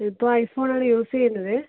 ഇപ്പോൾ ഐഫോൺ ആണ് യൂസ് ചെയ്യുന്നത്